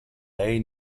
lei